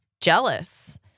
jealous